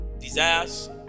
desires